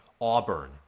Auburn